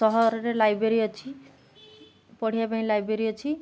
ସହରରେ ଲାଇବ୍ରେରୀ ଅଛି ପଢ଼ିବା ପାଇଁ ଲାଇବ୍ରେରୀ ଅଛି